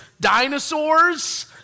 dinosaurs